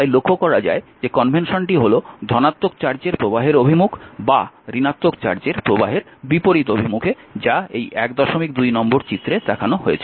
তাই লক্ষ্য করা যায় যে কনভেনশনটি হল ধনাত্মক চার্জের প্রবাহের অভিমুখ বা ঋণাত্মক চার্জের প্রবাহের বিপরীত অভিমুখে যা এই 12 নম্বর চিত্রে দেখানো হয়েছে